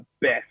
best